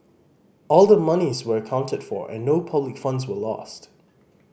all the monies were accounted for and no public funds were lost